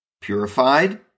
purified